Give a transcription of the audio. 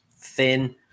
thin